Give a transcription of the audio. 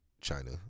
China